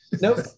Nope